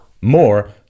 more